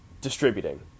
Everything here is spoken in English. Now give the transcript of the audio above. distributing